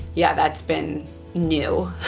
yeah. that's been new.